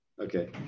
Okay